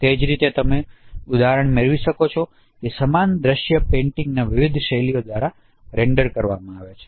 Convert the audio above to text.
અને તે જ રીતે તમે ઉદાહરણો મેળવી શકો છો કે સમાન દ્રશ્ય પેઇન્ટરની વિવિધ શૈલીઓ દ્વારા રેન્ડર કરવામાં આવે છે